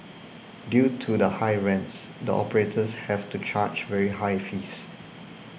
due to the high rents the operators have to charge very high fees